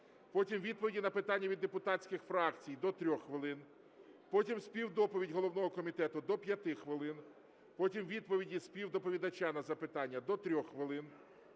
потім відповіді на питання від депутатських фракцій – до 3 хвилин, потім співдоповідь головного комітету – до 5 хвилин, потім відповіді співдоповідача на запитання – до 3 хвилин,